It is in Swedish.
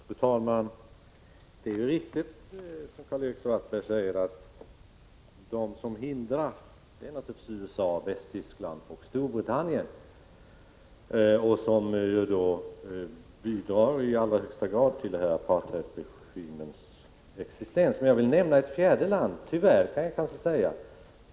Fru talman! Det är riktigt, som Karl-Erik Svartberg säger, att de som hindrar naturligtvis är USA, Västtyskland och Storbritannien. Det är de som i allra högsta grad bidrar till apartheidregimens existens. Men jag vill nämna ett fjärde land.